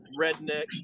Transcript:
redneck